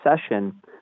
session